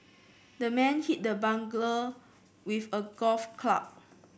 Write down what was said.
the man hit the burglar with a golf club